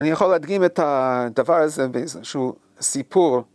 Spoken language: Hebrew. אני יכול להדגים את הדבר הזה באיזשהו סיפור.